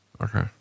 Okay